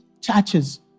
churches